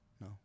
No